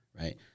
Right